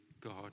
God